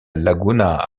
laguna